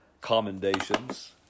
commendations